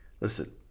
Listen